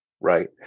Right